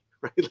right